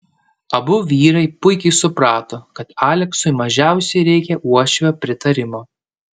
abu vyrai puikiai suprato kad aleksui mažiausiai reikia uošvio pritarimo